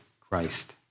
Christ